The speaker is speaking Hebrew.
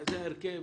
זה ההרכב,